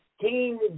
team